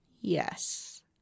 Yes